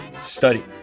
study